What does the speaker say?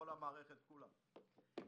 במערכת כולה.